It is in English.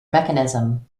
mechanism